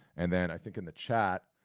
and then, i think, in the chat,